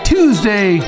Tuesday